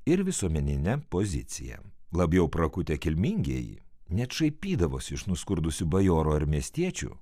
ir visuomenine pozicija labiau prakutę kilmingieji net šaipydavosi iš nuskurdusių bajorų ar miestiečių